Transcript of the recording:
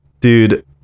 dude